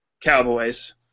Cowboys